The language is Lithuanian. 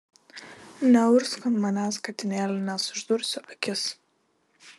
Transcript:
neurgzk ant manęs katinėli nes išdursiu akis